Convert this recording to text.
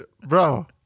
bro